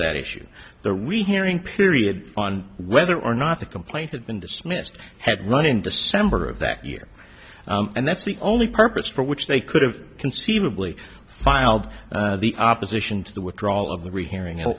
that issue there we hearing period on whether or not the complaint had been dismissed had run in december of that year and that's the only purpose for which they could have conceivably filed the opposition to the withdrawal of the rehearing